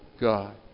God